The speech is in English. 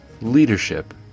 Leadership